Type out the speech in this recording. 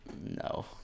No